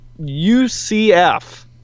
UCF